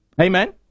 Amen